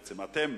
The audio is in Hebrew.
בעצם אתם,